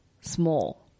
small